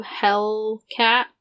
Hellcat